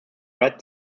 red